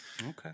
Okay